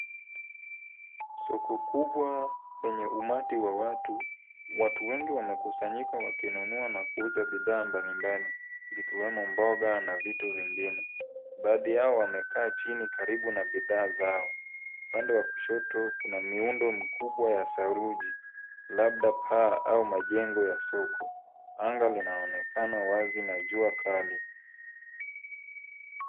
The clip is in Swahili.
Soko kubwa lenye umati wa watu. Watu wengi wamekusanyika wakinunua na kuuza bidhaa mbalimbali zikiwemo mboga na vitu vingine. Baadhi yao wamekaa chini karibu na bidhaa zao. Upande wa kushoto kuna miundo mikubwa ya saruji labda paa au majengo ya soko. Anga linaonekana wazi na jua kali.